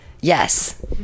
Yes